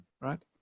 Right